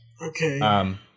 Okay